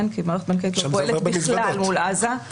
כי מערכת בנקאית לא פועלת בכלל מול עזה,